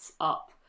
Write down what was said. up